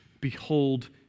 Behold